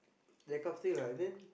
that kind of thing lah and then